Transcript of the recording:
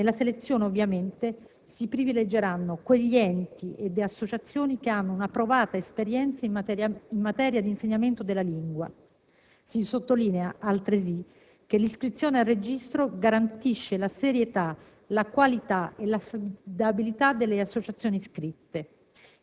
Nella selezione, ovviamente, si privilegeranno quegli enti ed associazioni che hanno una provata esperienza in materia di insegnamento della lingua: si sottolinea che l'iscrizione al registro garantisce la serietà, la qualità e l'affidabilità delle associazioni iscritte.